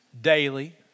daily